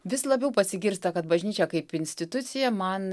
vis labiau pasigirsta kad bažnyčia kaip institucija man